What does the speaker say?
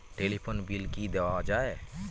Telephone bill কি দেওয়া যায়?